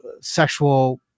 sexual